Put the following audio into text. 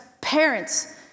parents